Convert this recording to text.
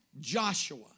Joshua